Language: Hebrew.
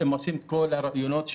שעושים את כל הראיונות שם.